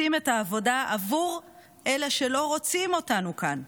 עושים את העבודה עבור אלה שלא רוצים אותנו כאן,